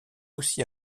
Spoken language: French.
aussi